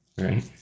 right